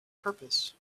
purpose